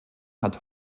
hat